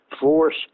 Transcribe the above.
force